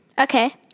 Okay